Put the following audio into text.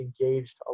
engaged